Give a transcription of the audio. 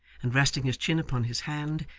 and resting his chin upon his hand,